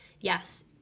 yes